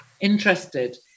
interested